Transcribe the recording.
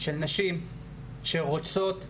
של נשים שרוצות לעבוד,